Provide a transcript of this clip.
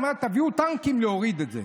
הוא אמר: תביאו טנקים להוריד את זה.